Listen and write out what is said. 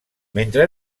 mentre